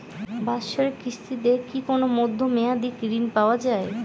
বাৎসরিক কিস্তিতে কি কোন মধ্যমেয়াদি ঋণ পাওয়া যায়?